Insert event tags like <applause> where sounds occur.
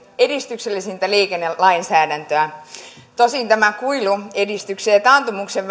edistyksellisintä liikennelainsäädäntöä tosin tämä kuilu edistyksen ja taantumuksen <unintelligible>